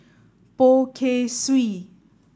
Poh Kay Swee